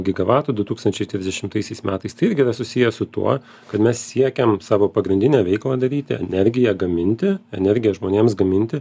gigavatų du tūkstančiai trisdešimtaisiais metais tai irgi yra susiję su tuo kad mes siekiam savo pagrindinę veiklą daryti energiją gaminti energiją žmonėms gaminti